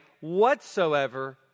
whatsoever